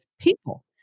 people